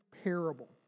parable